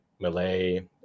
Malay